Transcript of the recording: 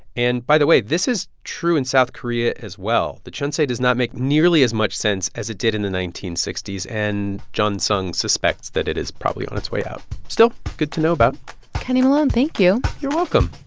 and, by the way, this is true in south korea as well. the jeonse does not make nearly as much sense as it did in the nineteen sixty s, and jongsung suspects that it is probably on its way out still, good to know about kenny malone, thank you you're welcome